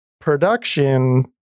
production